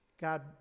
God